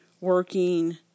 working